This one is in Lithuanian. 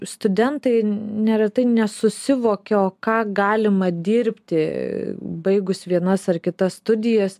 studentai neretai nesusivokia o ką galima dirbti baigus vienas ar kitas studijas